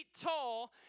tall